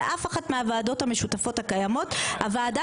באף אחת מהוועדות המשותפות הקיימות הוועדה